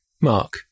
Mark